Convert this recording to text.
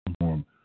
form